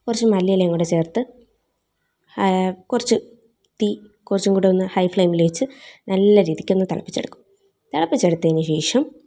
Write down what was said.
കുറച്ച് മല്ലിയിലയും കൂടെ ചേർത്ത് കുറച്ച് തീ കുറച്ചും കൂടെ ഒന്ന് ഹൈ ഫ്ലേമിൽ വെച്ച് നല്ല രീതിക്ക് ഒന്ന് തിളപ്പിച്ച് എടുക്കും തിളപ്പിച്ചെടുത്തതിന് ശേഷം